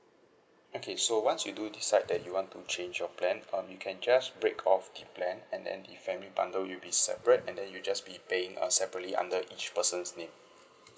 okay so once you do decide that you want to change your plan um you can just break off the plan and then the family bundle you'll be separate and then you just be paying err separately under each person's name